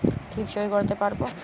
টিপ সই করতে পারবো?